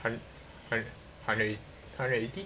hun~ hun~ hun~ hundred and eighty hundred and eighty